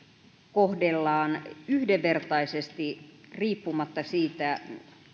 kohdellaan yhdenvertaisesti riippumatta siitä